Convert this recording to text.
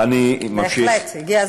זה אני מכיר אותו.